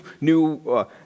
new